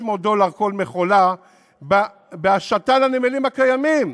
דולר כל מכולה בהשטה לנמלים הקיימים.